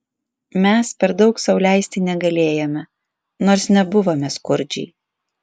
mes per daug sau leisti negalėjome nors nebuvome skurdžiai